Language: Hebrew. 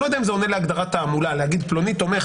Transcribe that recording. אני לא יודע אם זה עונה להגדרת תעמולה להגיד שפלוני תומך